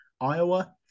Iowa